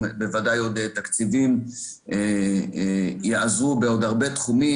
בוודאי עוד תקציבים שיעזרו בעוד הרבה תחומים.